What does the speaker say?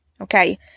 Okay